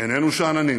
איננו שאננים.